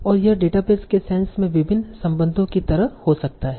और यह डेटाबेस के सेंस में विभिन्न संबंधों की तरह हो सकता है